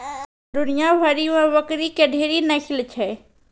दुनिया भरि मे बकरी के ढेरी नस्ल छै